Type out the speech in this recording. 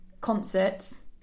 concerts